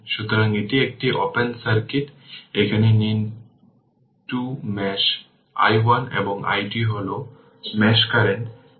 সুতরাং অনুগ্রহ করে সেই বইটি একটি অধ্যায় হিসেবে পড়ুন